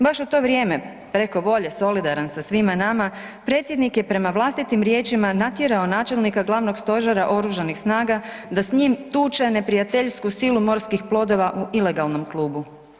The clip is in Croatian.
Baš u to vrijeme preko volje, solidaran sa svima nama, predsjednik je prema vlastitim riječima natjerao načelnika Glavnog stožera Oružanih snaga da s njim tuče neprijateljsku silu morskih plodova u ilegalnom klubu.